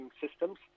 systems